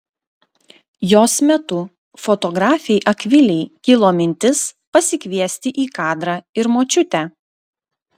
jos metu fotografei akvilei kilo mintis pasikviesti į kadrą ir močiutę